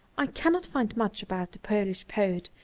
i cannot find much about the polish poet,